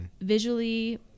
visually